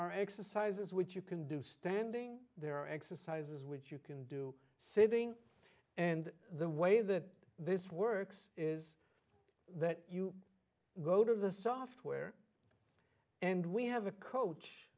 are exercises which you can do standing there exercises which you can do saving and the way that this works is that you go to the software and we have a coach